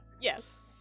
Yes